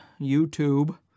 YouTube